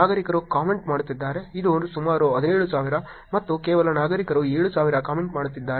ಮತ್ತು ನಾಗರಿಕರು ಕಾಮೆಂಟ್ ಮಾಡುತ್ತಿದ್ದಾರೆ ಇದು ಸುಮಾರು 17000 ಮತ್ತು ಕೇವಲ ನಾಗರಿಕರು 7000 ಕಾಮೆಂಟ್ ಮಾಡುತ್ತಿದ್ದಾರೆ